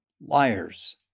liars